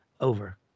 over